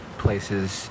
places